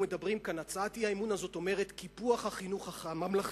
הצעת האי-אמון הזאת אומרת "קיפוח החינוך הממלכתי".